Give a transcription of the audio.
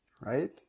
Right